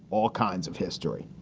all kinds of history